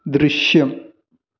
ദൃശ്യം